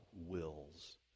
wills